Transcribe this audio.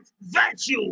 virtue